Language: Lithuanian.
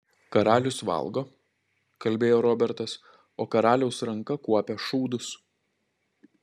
karalius valgo kalbėjo robertas o karaliaus ranka kuopia šūdus